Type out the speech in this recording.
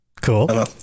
cool